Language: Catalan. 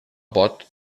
pot